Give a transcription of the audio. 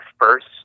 first